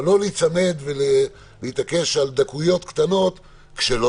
לא להיצמד ולהתעקש על דקויות קטנות כשלא